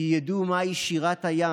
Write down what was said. כי ידעו מהי שירת הים,